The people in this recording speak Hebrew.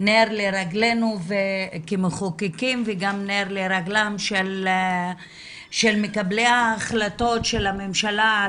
נר לרגלינו כמחוקקים וגם נר לרגליהם של מקבלי ההחלטות של הממשלה,